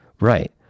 Right